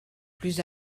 plus